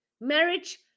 marriage